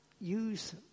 use